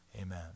amen